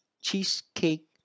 cheesecake